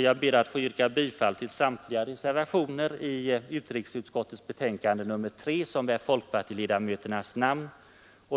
Jag ber att få yrka bifall till samtliga reservationer i utrikesutskottets betänkande nr 3 som bär folkpartiledamöternas namn,